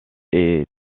est